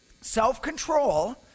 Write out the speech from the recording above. Self-control